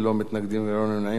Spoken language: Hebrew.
ללא מתנגדים וללא נמנעים,